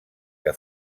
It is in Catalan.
que